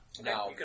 Now